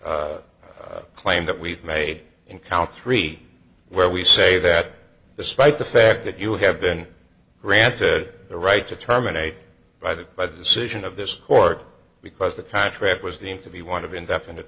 advantage claim that we've made in count three where we say that despite the fact that you have been granted the right to terminate by the by the decision of this court because the contract was the aim to be one of indefinite